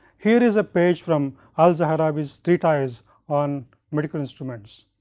here is a page from al zahrawi street eyes on medical instruments.